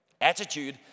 Attitude